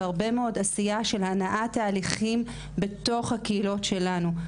והרבה מאוד עשייה של הנעת תהליכים בתוך הקהילות שלנו.